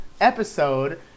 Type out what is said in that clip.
episode